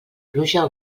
pluja